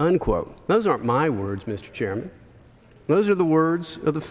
unquote those aren't my words mr chairman those are the words of the